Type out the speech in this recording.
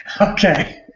Okay